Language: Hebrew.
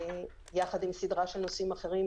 יחד עם סדרה של נושאים אחרים.